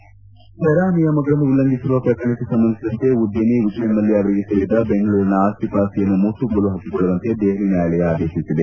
ಫೆರಾ ನಿಯಮಗಳನ್ನು ಉಲ್ಲಂಘಿಸಿರುವ ಪ್ರಕರಣಕ್ಕೆ ಸಂಬಂಧಿಸಿದಂತೆ ಉದ್ದಮಿ ವಿಜಯ್ ಮಲ್ಲ ಅವರಿಗೆ ಸೇರಿದ ಬೆಂಗಳೂರಿನ ಆಸ್ತಿಪಾಸ್ತಿಯನ್ನು ಮುಟ್ಟುಗೋಲು ಹಾಕೊಳ್ಳುವಂತೆ ದೆಹಲಿ ನ್ನಾಯಾಲಯ ಆದೇತಿಸಿದೆ